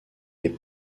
est